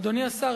אדוני השר,